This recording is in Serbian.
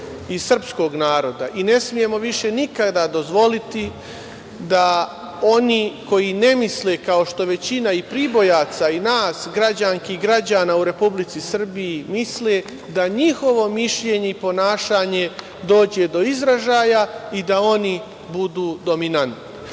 i srpskog naroda. I ne smemo više nikada dozvoliti da oni koji ne misle kao što većina Pribojaca i nas, građanki i građana u Republici Srbiji misle, da njihovo mišljenje i ponašanje dođe do izražaja i da oni budu dominantni.